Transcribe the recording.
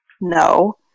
no